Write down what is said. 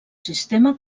sistema